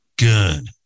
Good